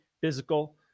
physical